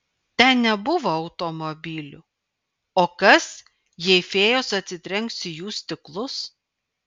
ten nebuvo automobilių o kas jei fėjos atsitrenks į jų stiklus